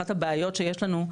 אחת הבעיות שיש לנו,